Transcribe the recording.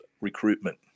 recruitment